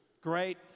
Great